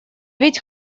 ведь